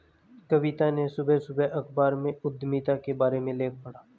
कविता ने सुबह सुबह अखबार में उधमिता के बारे में लेख पढ़ा